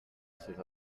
ses